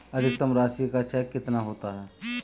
अधिकतम राशि का चेक कितना होता है?